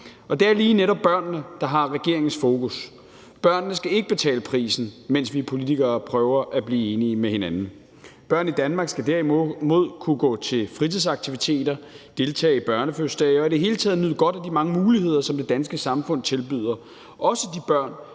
Det er lige netop børnene, der har regeringens fokus. Børnene skal ikke betale prisen, mens vi politikere prøver at blive enige med hinanden. Børn i Danmark skal derimod kunne gå til fritidsaktiviteter, deltage i børnefødselsdage og i det hele taget nyde godt af de mange muligheder, som det danske samfund tilbyder, også de børn,